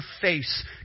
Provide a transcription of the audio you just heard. face